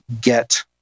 get